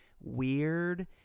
weird